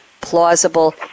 plausible